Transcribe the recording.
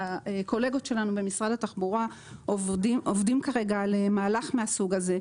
שהקולגות שלנו במשרד התחבורה עובדים כרגע על מהלך מהסוג הזה,